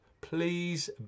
Please